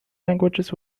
languages